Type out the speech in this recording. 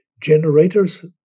generators